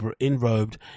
enrobed